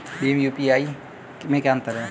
भीम और यू.पी.आई में क्या अंतर है?